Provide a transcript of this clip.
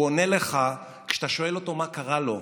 הוא עונה לך כשאתה שואל מה קרה לו,